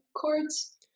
chords